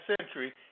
century